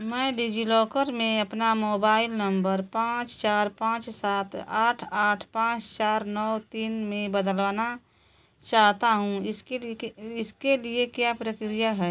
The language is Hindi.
मैं डिज़िलॉकर में अपना मोबाइल नम्बर पाँच चार पाँच सात आठ आठ पाँच चार नौ तीन में बदलवाना चाहता हूँ इसके लिए इसके लिए क्या प्रक्रिया है